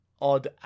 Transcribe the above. odd